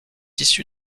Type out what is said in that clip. issu